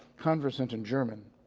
conversant in german